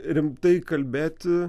rimtai kalbėti